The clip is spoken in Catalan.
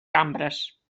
cambres